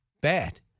bad